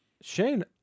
Shane